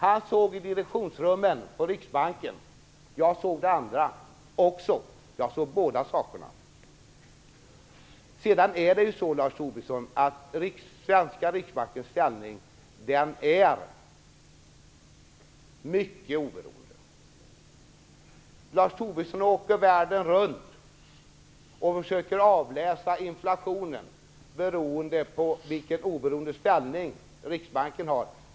Han såg direktionsrummen på Riksbanken - jag såg även det andra; jag såg båda sakerna. Sedan, Lars Tobisson, är den svenska Riksbankens ställning mycket oberoende. Lars Tobisson åker världen runt och försöker avläsa inflationen beroende på hur oberoende ställning riksbanken har.